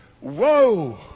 whoa